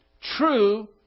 true